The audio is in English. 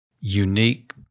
unique